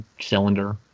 cylinder